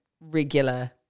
regular